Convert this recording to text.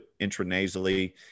intranasally